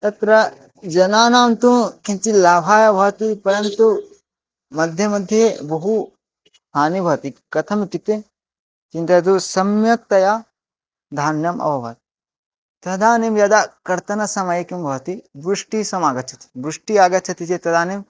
तत्र जनानां तु किञ्चित् लाभाय भवति परन्तु मध्ये मध्ये बहु हानिः भवति कथम् इत्युक्ते किं तद् सम्यक्तया धान्यं ओवर् तदानीं यदा कर्तनसमये किं भवति वृष्टिः समागच्छति वृष्टिः आगच्छति चेत् तदानीम्